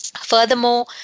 Furthermore